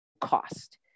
cost